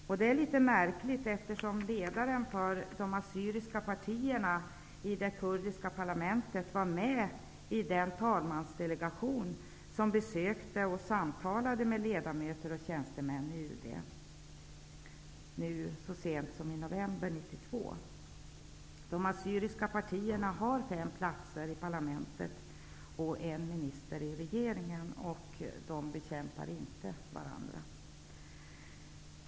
Detta är litet märkligt, eftersom ledaren för de assyriska partierna var med i den talmansdelegation som besökte och samtalade med ledamöter och tjänstemän på UD så sent som i november 1992. De assyriska partierna har fem platser i parlamentet och en minister i regeringen, och de bekämpar inte varandra.